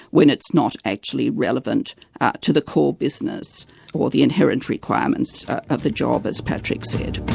when it's not actually relevant to the core business or the inherent requirements of the job, as patrick said.